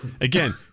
again